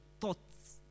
thoughts